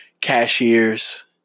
cashiers